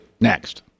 next